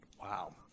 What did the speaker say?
Wow